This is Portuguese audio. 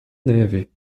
neve